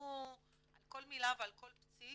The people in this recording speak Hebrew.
נלחמו על כל מילה ועל כל פסיק,